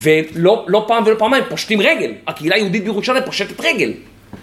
ולא פעם ולא פעמיים, פושטים רגל. הקהילה היהודית בירושלים פושטת רגל.